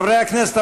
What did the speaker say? חברי הכנסת,